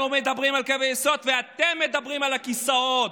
אנחנו מדברים על קווי יסוד ואתם מדברים על הכיסאות,